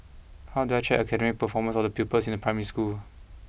how do I check the academic performance of the pupils in a primary school